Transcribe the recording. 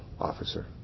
officer